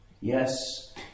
yes